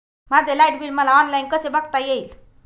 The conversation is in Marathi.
माझे लाईट बिल मला ऑनलाईन कसे बघता येईल?